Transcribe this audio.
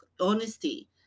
honesty